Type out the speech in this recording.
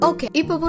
Okay